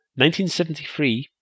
1973